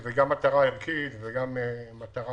זאת גם מטרה ערכית וגם מטרה